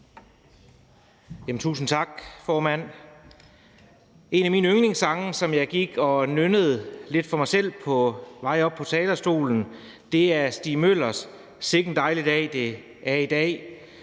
Tusind tak, formand. En af mine yndlingssange, som jeg gik og nynnede lidt for mig selv på vej op til talerstolen, er Stig Møllers »Sikke en dejlig dag«.